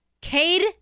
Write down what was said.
Cade